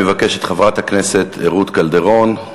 אני מבקש את חברת הכנסת רות קלדרון,